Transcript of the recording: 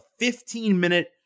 15-minute